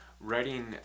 writing